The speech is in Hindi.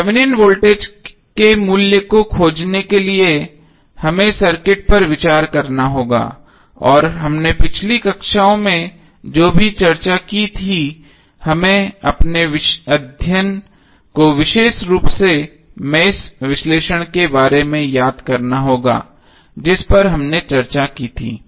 थेवेनिन वोल्टेज के मूल्य को खोजने के लिए हमें सर्किट पर विचार करना होगा और हमने पिछली कक्षाओं में जो भी चर्चा की थी हमें अपने अध्ययन को विशेष रूप से मेष विश्लेषण के बारे में याद करना होगा जिस पर हमने चर्चा की थी